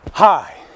Hi